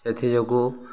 ସେଥିଯୋଗୁଁ